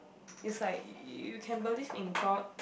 it's like you can believe in god